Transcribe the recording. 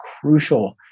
crucial